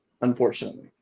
unfortunately